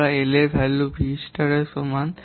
আমরা L এর value V star এর সমান